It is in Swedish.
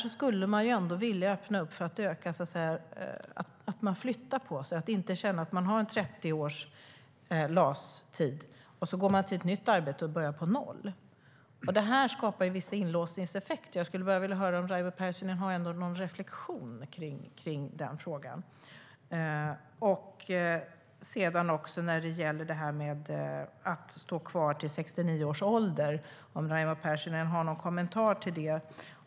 Jag skulle ändå vilja öppna upp för att man ska kunna flytta på sig och inte känna att man har 30 års LAS-tid och börjar på noll om man går till ett nytt arbete. Det skapar vissa inlåsningseffekter. Jag skulle vilja höra om Raimo Pärssinen har någon reflexion om den frågan. Den andra frågan gäller att stå kvar till 69 års ålder. Har Raimo Pärssinen någon kommentar till det?